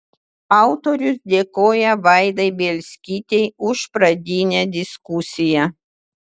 autorius dėkoja vaidai bielskytei už pradinę diskusiją